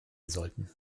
sollten